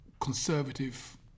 conservative